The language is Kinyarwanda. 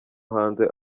hanze